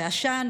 בעשן,